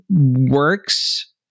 works